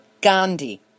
Gandhi